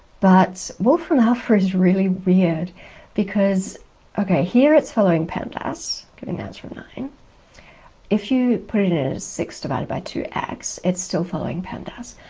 but wolfram alpha is really weird because ok here it's following pemdas and nine if you put it as six divided by two x it's still following pemdas,